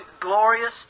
glorious